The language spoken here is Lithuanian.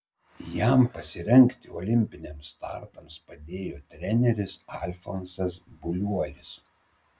jam pasirengti olimpiniams startams padėjo treneris alfonsas buliuolis